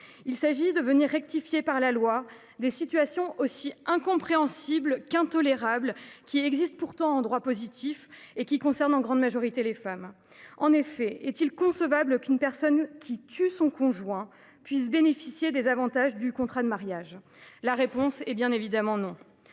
Il s’agit de rectifier par la loi des situations aussi incompréhensibles qu’intolérables qui existent pourtant en droit positif et qui concernent en grande majorité les femmes. En effet, est il concevable qu’une personne qui tue son conjoint puisse bénéficier des avantages du contrat de mariage ? La réponse est bien évidemment non.